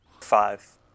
Five